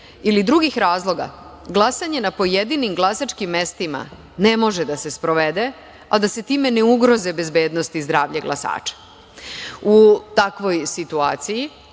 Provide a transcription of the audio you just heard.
ili drugih razloga glasanje na pojedinim glasačkim mestima ne može da se sprovede, a da se time ne ugroze bezbednost i zdravlje glasača. U takvoj situaciji